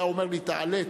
היה אומר לי: תעלה,